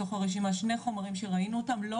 מתוך הרשימה שני חומרים שראינו אותם לא